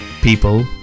people